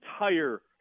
entire